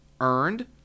earned